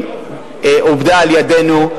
עובדה על-ידינו,